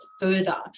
further